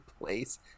place